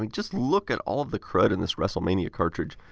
like just look at all of the crud in this wrestlemania cartridge.